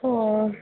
ओह